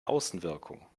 außenwirkung